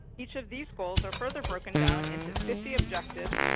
each of these goals are further broken down into fifty objectives,